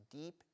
deep